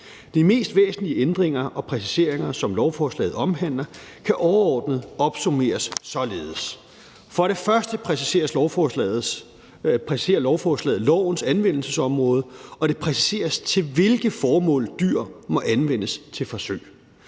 De mest væsentlige ændringer og præciseringer, som lovforslaget omhandler, kan overordnet opsummeres således: For det første præciserer lovforslaget lovens anvendelsesområde, og det præciseres, til hvilke formål dyr må anvendes til forsøg.